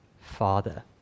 father